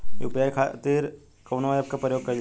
UPI खातीर कवन ऐपके प्रयोग कइलजाला?